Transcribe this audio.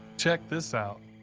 check this out.